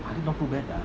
I think not too bad lah